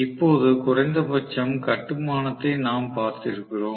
இப்போது குறைந்தபட்சம் கட்டுமானத்தை நாம் பார்த்திருக்கிறோம்